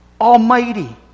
Almighty